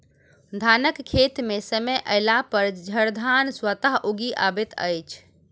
धानक खेत मे समय अयलापर झड़धान स्वतः उगि अबैत अछि